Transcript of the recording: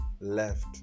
left